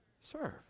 serve